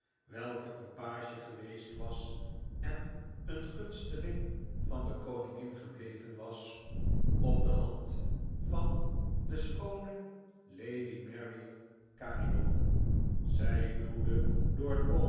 welke een page geweest was en een gunsteling van de koningin gebleven was op de hand van de schoone lady mary caerlyon zij huwde